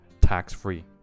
tax-free